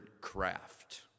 craft